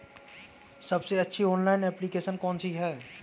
सबसे अच्छी online application कौन सी है?